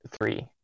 three